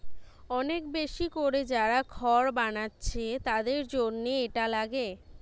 অনেক বেশি কোরে যারা খড় বানাচ্ছে তাদের জন্যে এটা লাগে